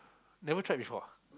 never tried before